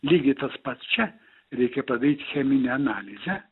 lygiai tas pats čia reikia padaryt cheminę analizę